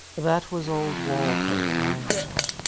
that was old walpole, i know.